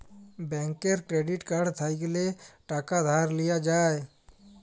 ব্যাংকের credit card থ্যাইকলে টাকা ধার লিয়া যায়